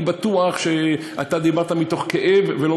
אני בטוח שאתה דיברת מתוך כאב ולא